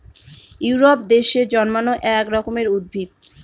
Europe দেশে জন্মানো এক রকমের উদ্ভিদ